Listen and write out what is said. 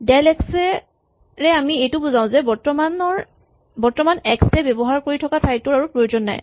ডেলএক্স ৰে আমি এইটো বুজাও যে বৰ্তমান এক্স এ ব্যৱহাৰ কৰি থকা ঠাইটোৰ আৰু প্ৰয়োজন নাই